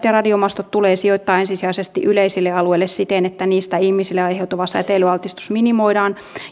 ja radiomastot tulee sijoittaa ensisijaisesti yleisille alueille siten että niistä ihmisille aiheutuva säteilyaltistus minimoidaan